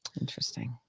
Interesting